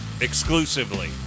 Exclusively